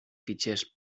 fitxers